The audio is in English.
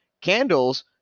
candles